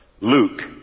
Luke